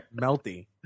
Melty